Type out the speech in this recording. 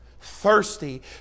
thirsty